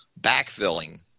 backfilling